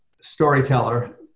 storyteller